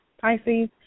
Pisces